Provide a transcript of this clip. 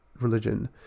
religion